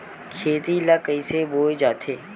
खेती ला कइसे बोय जाथे?